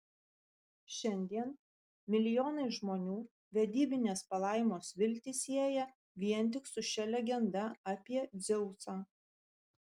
šiandien milijonai žmonių vedybinės palaimos viltį sieja vien tik su šia legenda apie dzeusą